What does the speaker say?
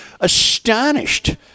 astonished